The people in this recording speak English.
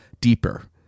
deeper